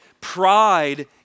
pride